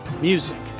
Music